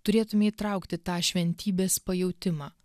turėtume įtraukti tą šventybės pajautimą